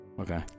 okay